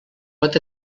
pot